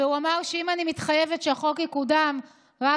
והוא אמר שאם אני מתחייבת שהחוק יקודם רק